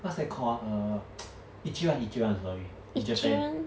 what's that called ah err ichiran ichiran sorry in japan